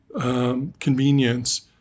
convenience